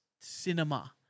cinema